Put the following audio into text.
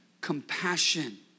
Compassion